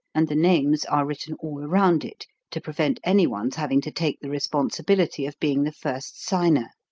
and the names are written all around it, to prevent any one's having to take the responsibility of being the first signer.